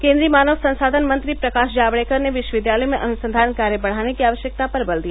केन्द्रीय मानव संसाघन मंत्री प्रकाश जावड़ेकर ने विश्वविद्यालयों में अनुसंचान कार्य बढ़ाने की आवश्यकता पर बल दिया